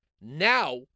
Now